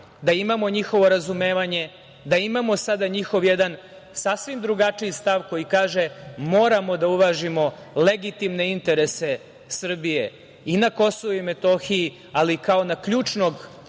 da imamo njihovo razumevanje, da imamo sada njihov jedan sasvim drugačiji stav koji kaže – moram da uvažimo legitimne interese Srbije i na Kosovu i Metohiji, ali kao na ključnog